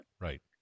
right